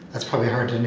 that's probably hard and